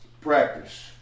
Practice